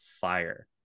fire